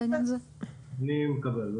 אני מקבל.